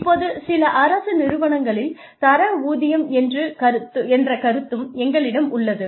இப்போது சில அரசு நிறுவனங்களில் தர ஊதியம் என்ற கருத்தும் எங்களிடம் உள்ளது